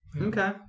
Okay